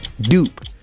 Dupe